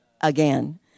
again